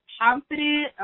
confident